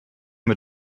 mit